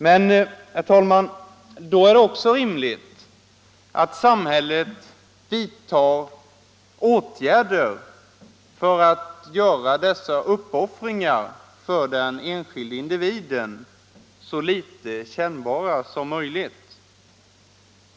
Men, herr talman, då är det också rimligt att samhället vidtar åtgärder för att göra dessa uppoffringar så litet kännbara som möjligt för den enskilde individen.